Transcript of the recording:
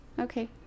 Okay